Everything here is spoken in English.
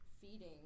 feeding